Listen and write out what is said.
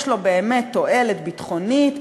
יש לו באמת תועלת ביטחונית,